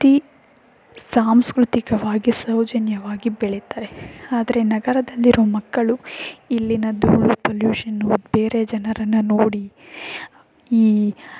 ತಿ ಸಾಂಸ್ಕೃತಿಕವಾಗಿ ಸೌಜನ್ಯವಾಗಿ ಬೆಳಿತಾರೆ ಆದರೆ ನಗರದಲ್ಲಿರೋ ಮಕ್ಕಳು ಇಲ್ಲಿನ ಧೂಳು ಪೊಲ್ಯೂಷನ್ನು ಬೇರೆ ಜನರನ್ನು ನೋಡಿ ಈ